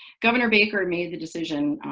governor baker made the decision,